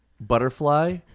butterfly